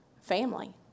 family